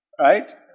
right